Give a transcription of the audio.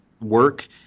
work